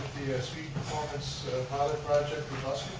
street performance pilot project with